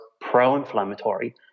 pro-inflammatory